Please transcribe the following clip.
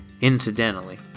Incidentally